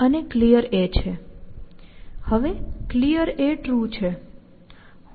હવે Clear true છે